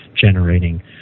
generating